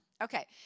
Okay